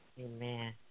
amen